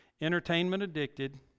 entertainment-addicted